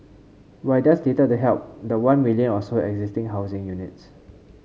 but it does little to help the one million or so existing housing units